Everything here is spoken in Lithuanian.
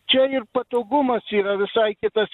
čia ir patogumas yra visai kitas